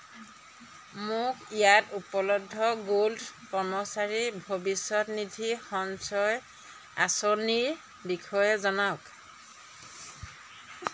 মোক ইয়াত উপলব্ধ গ'ল্ড কৰ্মচাৰী ভৱিষ্যনিধি সঞ্চয় আঁচনিৰ বিষয়ে জনাওক